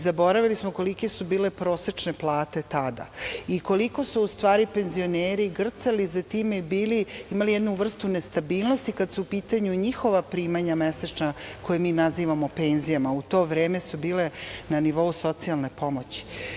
Zaboravili smo kolike su bile prosečne plate tada i koliko su u stvari penzioneri grcali za time i imali jednu vrstu nestabilnosti kada su u pitanju njihova primanja mesečna, koje mi nazivamo penzijama, a u to vreme su bile na nivou socijalne pomoći.